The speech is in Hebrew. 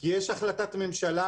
כי יש החלטת ממשלה